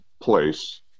place